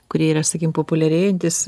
kurie yra sakykim populiarėjantys